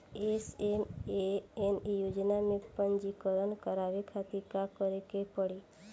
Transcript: SMAM योजना में पंजीकरण करावे खातिर का का करे के पड़ी?